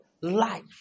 Life